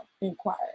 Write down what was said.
inquired